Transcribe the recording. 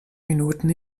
minuten